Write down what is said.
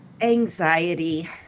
anxiety